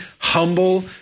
humble